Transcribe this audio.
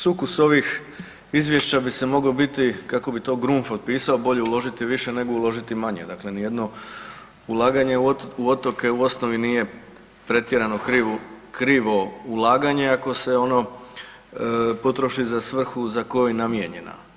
Sukus ovih izvješća bi se mogao biti kako bi to Grunf otpisao bolje uložiti više nego uložiti manje, dakle nijedno ulaganje u otoke u osnovi nije pretjerano krivo ulaganje ako se ono potroši za svrhu za koju je namijenjena.